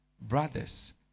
brothers